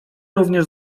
również